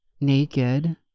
naked